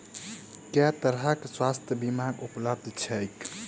केँ तरहक स्वास्थ्य बीमा उपलब्ध छैक?